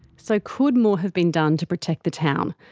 so could more have been done to protect the town?